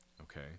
okay